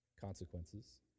consequences